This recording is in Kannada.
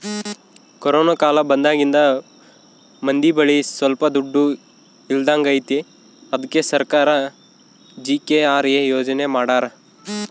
ಕೊರೋನ ಕಾಲ ಬಂದಾಗಿಂದ ಮಂದಿ ಬಳಿ ಸೊಲ್ಪ ದುಡ್ಡು ಇಲ್ದಂಗಾಗೈತಿ ಅದ್ಕೆ ಸರ್ಕಾರ ಜಿ.ಕೆ.ಆರ್.ಎ ಯೋಜನೆ ಮಾಡಾರ